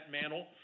mantle